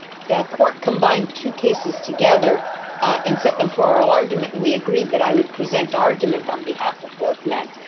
the court combined two cases together and set them for oral argument and we agreed that i would present arguments on behalf of both men.